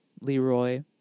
Leroy